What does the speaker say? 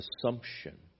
assumption